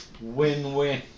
Win-win